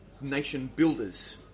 nation-builders